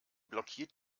blockiert